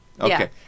okay